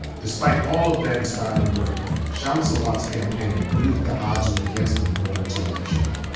despite all of that inspiring work, kshama sawant's campaign knew that the odds were against them going into election night.